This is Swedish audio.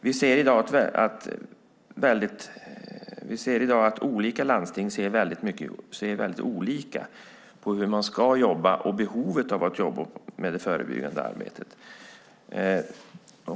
Vi ser i dag att landstingen ser väldigt olika på hur man ska jobba och på behovet av att jobba med det förebyggande arbetet.